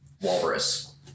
Walrus